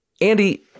Andy